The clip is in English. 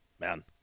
Man